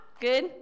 Good